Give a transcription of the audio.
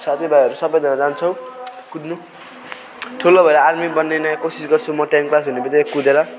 साथी भाइहरू सबजना जान्छौँ कुद्नु ठुलो भएर आर्मी बनिने कोसिस गर्छु म टेन क्लास हुनु बित्तिकै कुदेर